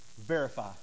verify